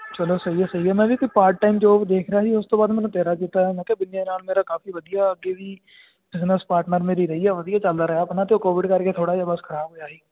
ਚਲੋ ਸਹੀ ਆ ਸਹੀ ਆ ਮੈਂ ਵੀ ਕੋਈ ਪਾਰਟ ਟਾਈਮ ਜੋਬ ਦੇਖ ਰਿਹਾ ਸੀ ਉਸ ਤੋਂ ਬਾਅਦ ਮੈਨੂੰ ਤੇਰਾ ਚੇਤਾ ਆਇਆ ਮੈਂ ਕਿਹਾ ਬਿਨੀ ਦੇ ਨਾਲ ਮੇਰਾ ਕਾਫੀ ਵਧੀਆ ਅੱਗੇ ਵੀ ਬਿਜ਼ਨਸ ਪਾਰਟਨਰ ਮੇਰੀ ਰਹੀ ਆ ਵਧੀਆ ਚੱਲਦਾ ਰਿਹਾ ਆਪਣਾ ਅਤੇ ਉਹ ਕੋਵਿਡ ਕਰਕੇ ਥੋੜ੍ਹਾ ਜਿਹਾ ਬਸ ਖਰਾਬ ਹੋਇਆ ਸੀ